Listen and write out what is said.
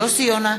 יוסי יונה,